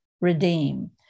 redeem